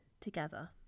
together